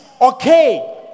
okay